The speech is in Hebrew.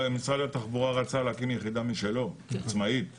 משרד התחבורה רצה להקים יחידה עצמאית משלו.